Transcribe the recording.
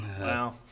Wow